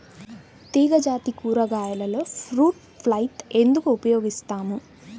తీగజాతి కూరగాయలలో fruit fly ఎందుకు ఉపయోగిస్తాము?